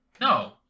No